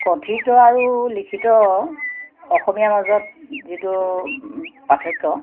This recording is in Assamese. কথিত আৰু লিখিত অসমীয়া মাজত যিটো পাৰ্থক্য